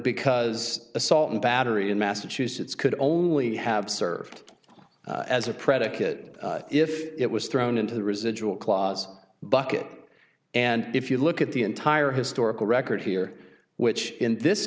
because assault and battery in massachusetts could only have served as a predicate if it was thrown into the residual clause bucket and if you look at the entire historical record here which in this